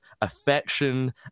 affection